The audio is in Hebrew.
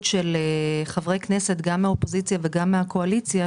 של חברי כנסת מהאופוזיציה ומהקואליציה,